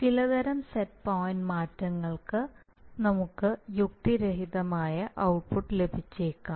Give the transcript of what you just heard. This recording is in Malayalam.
ചിലതരം സെറ്റ് പോയിൻറ് മാറ്റങ്ങൾക്ക് നമുക്ക് യുക്തി രഹിതമായ ഔട്ട്പുട്ട് ലഭിച്ചേക്കാം